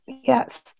Yes